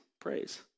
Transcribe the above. praise